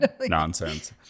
nonsense